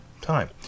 time